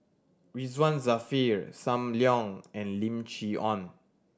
Ridzwan Dzafir Sam Leong and Lim Chee Onn